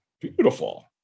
Beautiful